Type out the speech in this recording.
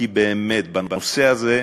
כי באמת בנושא הזה,